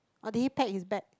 oh did he pack his bag